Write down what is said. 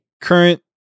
current